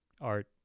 art